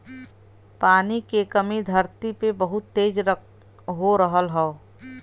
पानी के कमी धरती पे बहुत तेज हो रहल हौ